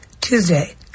Tuesday